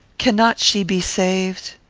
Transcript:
cannot she be saved?